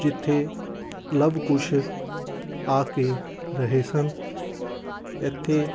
ਜਿੱਥੇ ਲਵ ਕੁਸ਼ ਆ ਕੇ ਰਹੇ ਸਨ ਇੱਥੇ